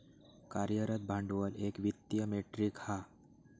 कार्यरत भांडवल एक वित्तीय मेट्रीक हा